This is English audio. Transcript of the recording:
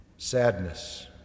sadness